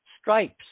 stripes